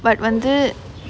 but வந்து:vanthu